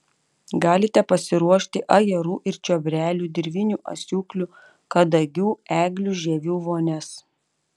galite pasiruošti ajerų ir čiobrelių dirvinių asiūklių kadagių eglių žievių vonias